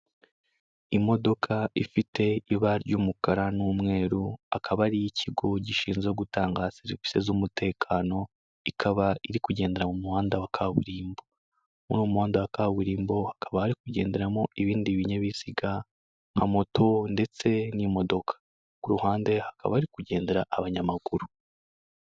Imodoka ifite ibara ry'umukara n'umweru, akaba ari iy'ikigo gishinzwe gutanga serivisi z'umutekano, ikaba iri kugendera mu muhanda wa kaburimbo, muri uwo muhanda wa kaburimbo hakaba hari kugenderamo ibindi binyabiziga nka moto ndetse n'imodoka, ku ruhande hakaba hari kugendera abanyamaguru.